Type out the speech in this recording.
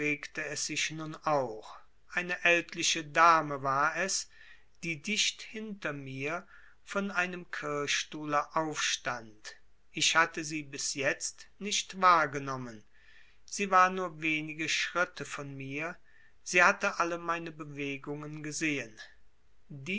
es sich nun auch eine ältliche dame war es die dicht hinter mir von einem kirchstuhle aufstand ich hatte sie bis jetzt nicht wahrgenommen sie war nur wenige schritte von mir sie hatte alle meine bewegungen gesehen